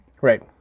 Right